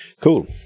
Cool